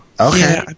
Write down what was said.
Okay